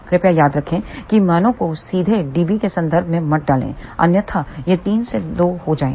कृपया याद रखें कि मानों को सीधे dB के संदर्भ में मत डालें अन्यथा यह 3 2 हो जाएगा